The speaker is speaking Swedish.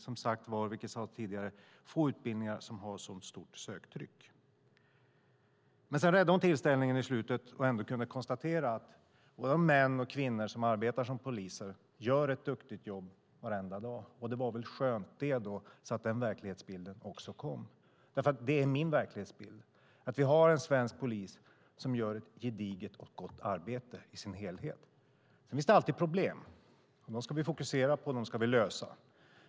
Som sagt är det få utbildningar som har så högt söktryck. Men sedan räddade hon tillställningen på slutet och kunde konstatera att både män och kvinnor som arbetar som poliser gör ett duktigt jobb varenda dag. Det var väl skönt att den verklighetsbilden också kom, för det är min verklighetsbild. Vi har en svensk polis som gör ett gediget och gott arbete i sin helhet. Sedan finns det alltid problem. Dem ska vi fokusera på och lösa.